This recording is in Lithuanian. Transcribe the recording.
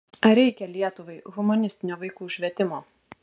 ar reikia lietuvai humanistinio vaikų švietimo